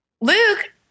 Luke